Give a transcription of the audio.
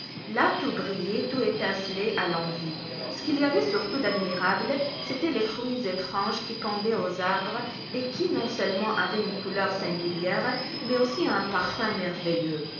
là tout brillait tout étincelait à l'envi ce qu'il y avait surtout d'admirable c'étaient les fruits étranges qui pendaient aux arbres et qui non-seulement avaient une couleur singulière mais aussi un parfum merveilleux